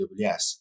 AWS